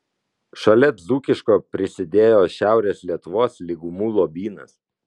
šalia dzūkiško prisidėjo šiaurės lietuvos lygumų lobynas